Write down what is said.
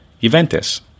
Juventus